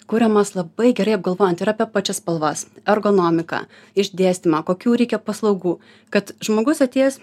kuriamas labai gerai apgalvojant ir apie pačias spalvas ergonomiką išdėstymą kokių reikia paslaugų kad žmogus atėjęs